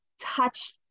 touch